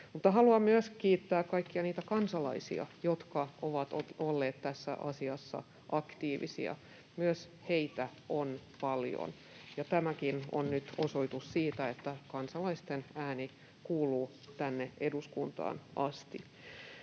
Haluan kiittää myös kaikkia niitä kansalaisia, jotka ovat olleet tässä asiassa aktiivisia, myös heitä on paljon. Tämäkin on nyt osoitus siitä, että kansalaisten ääni kuuluu tänne eduskuntaan asti.